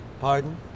Pardon